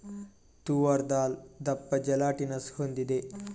ತೂವರ್ ದಾಲ್ ದಪ್ಪ ಜೆಲಾಟಿನಸ್ ಹೊಂದಿದೆ